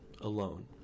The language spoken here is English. Alone